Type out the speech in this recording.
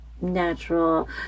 natural